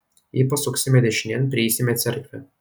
jei pasuksime dešinėn prieisime cerkvę